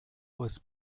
was